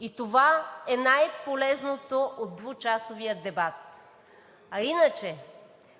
И това е най-полезното от двучасовия дебат. А иначе,